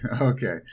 okay